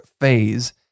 phase